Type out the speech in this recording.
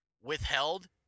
withheld